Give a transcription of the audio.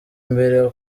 mbere